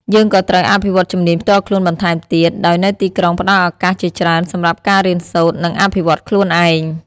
យើងក៏ត្រូវអភិវឌ្ឍជំនាញផ្ទាល់ខ្លួនបន្ថែមទៀត ដោយនៅទីក្រុងផ្តល់ឱកាសជាច្រើនសម្រាប់ការរៀនសូត្រ និងអភិវឌ្ឍខ្លួនឯង។